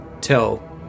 tell